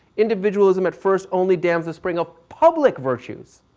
individualism at first only dams the spring of public virtues,